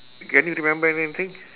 can you remember anything